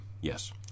Yes